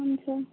हुन्छ